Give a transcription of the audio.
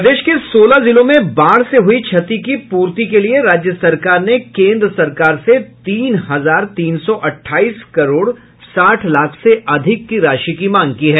प्रदेश के सोलह जिलों में बाढ़ से हुई क्षतिपूर्ति के लिए राज्य सरकार ने केंद्र सरकार से तीन हजार तीन सौ अठाईस करोड़ साठ लाख से अधिक रुपए की राशि की है